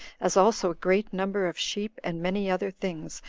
as also a great number of sheep, and many other things,